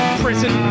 prison